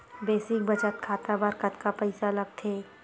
Basic बचत खाता बर कतका पईसा लगथे?